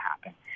happen